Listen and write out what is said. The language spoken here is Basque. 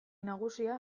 nagusia